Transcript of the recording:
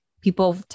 people